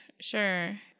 sure